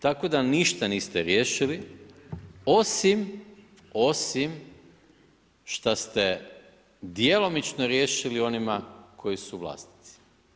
Tako da ništa niste riješili osim šta ste djelomično riješili onima koji su vlasnici.